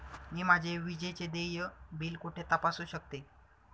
मी माझे विजेचे देय बिल कुठे तपासू शकते?